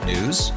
News